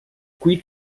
qui